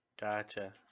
Gotcha